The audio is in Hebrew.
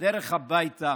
בדרך הביתה,